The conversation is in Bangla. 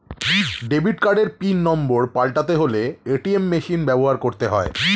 ডেবিট কার্ডের পিন নম্বর পাল্টাতে হলে এ.টি.এম মেশিন ব্যবহার করতে হয়